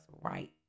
right